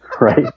Right